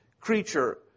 creature